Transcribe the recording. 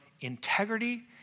integrity